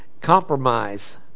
compromise